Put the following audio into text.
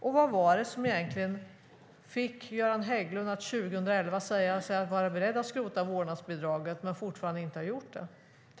Och vad var det som egentligen fick Göran Hägglund att 2011 säga att han var beredd att skrota vårdnadsbidraget, men fortfarande inte har gjort det?